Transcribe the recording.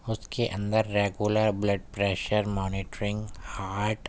اس کے اندر regular blood pressure monitoring heart